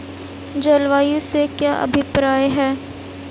जलवायु से क्या अभिप्राय है?